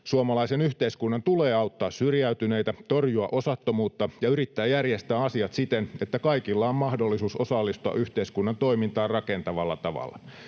Suomalaisen yhteiskunnan tulee auttaa syrjäytyneitä, torjua osattomuutta ja yrittää järjestää asiat siten, että kaikilla on mahdollisuus osallistua yhteiskunnan toimintaan rakentavalla tavalla.